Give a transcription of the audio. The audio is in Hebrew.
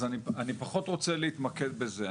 אז אני פחות רוצה להתמקד בזה.